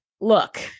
Look